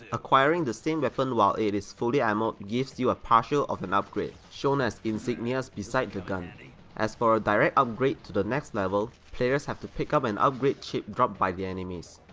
acquiring the same weapon while it is fully ammoed gives you a partial of an upgrade, shown as insignias beside the gun. as for a direct upgrade to the next level, players have to pick up an upgrade chip drop by the enemies.